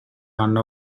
one